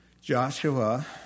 joshua